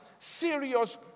serious